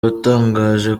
watangaje